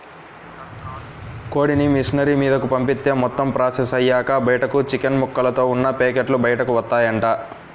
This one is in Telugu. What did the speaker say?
కోడిని మిషనరీ మీదకు పంపిత్తే మొత్తం ప్రాసెస్ అయ్యాక బయటకు చికెన్ ముక్కలతో ఉన్న పేకెట్లు బయటకు వత్తాయంట